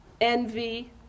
envy